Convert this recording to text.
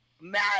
mad